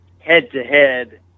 head-to-head